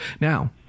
Now